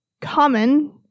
common